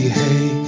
hey